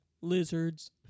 lizards